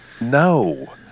No